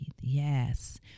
Yes